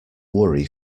worry